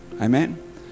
amen